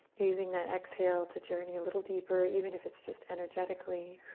using that exhale to journey a little deeper, even if it's just energetically,